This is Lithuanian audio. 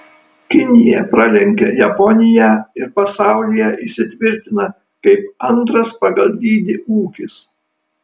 kinija pralenkia japoniją ir pasaulyje įsitvirtina kaip antras pagal dydį ūkis